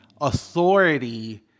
authority